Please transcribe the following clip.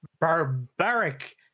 barbaric